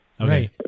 Okay